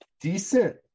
decent